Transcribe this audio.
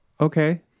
Okay